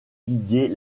didier